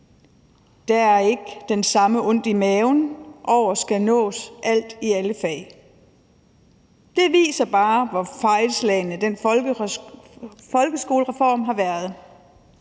følelse af at have ondt i maven over at skulle nå alt i alle fag. Det viser bare, hvor fejlslagen den folkeskolereform har været.